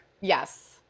Yes